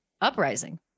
uprising